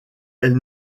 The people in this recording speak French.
elle